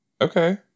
Okay